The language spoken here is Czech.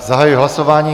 Zahajuji hlasování.